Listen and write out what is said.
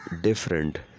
different